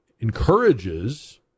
encourages